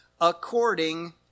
...according